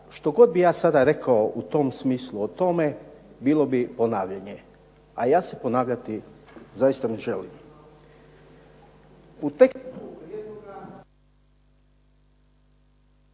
što god bih ja sada rekao u tom smislu o tome bilo bi ponavljanje, a ja se ponavljati zaista ne želim.